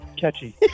Catchy